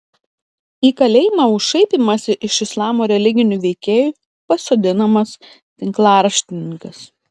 į kalėjimą už šaipymąsi iš islamo religinių veikėjų pasodinamas tinklaraštininkas